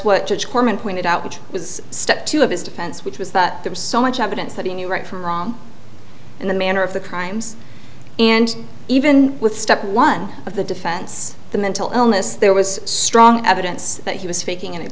judge harmon pointed out which was step two of his defense which was that there was so much evidence that he knew right from wrong and the manner of the crimes and even with step one of the defense the mental illness there was strong evidence that he was faking and